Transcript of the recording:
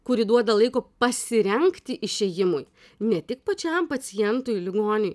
kuri duoda laiko pasirengti išėjimui ne tik pačiam pacientui ligoniui